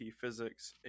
Physics